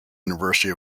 university